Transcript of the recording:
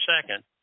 second